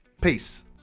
Peace